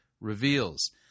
reveals